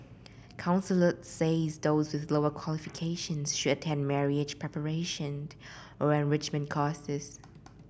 counsellors said those with lower qualifications should attend marriage preparation or enrichment courses